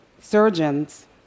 surgeons